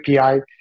API